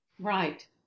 Right